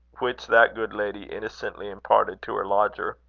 which that good lady innocently imparted to her lodger.